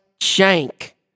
shank